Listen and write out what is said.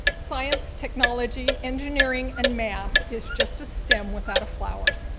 science, technology, engineering, and math is just a stem without a flower.